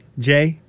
Jay